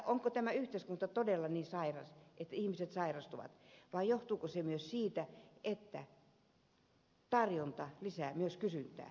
onko tämä yhteiskunta todella niin sairas että ihmiset sairastuvat vai johtuuko se myös siitä että tarjonta lisää myös kysyntää